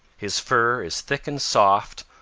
his fur is thick and soft,